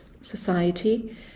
society